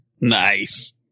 Nice